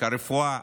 הרפואה,